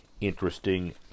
interesting